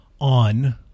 on